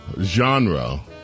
genre